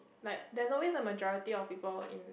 like there's always a majority of people